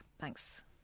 thanks